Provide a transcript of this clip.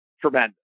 tremendous